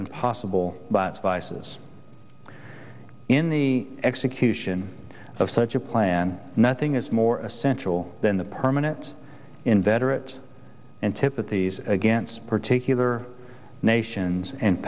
impossible by its vices in the execution of such a plan nothing is more essential than the permanent inveterate antipathies against particular nations and